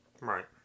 Right